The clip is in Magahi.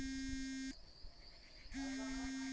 झुण्डत पशुर गर्भाधान आसानी स हई जा छेक